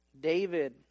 David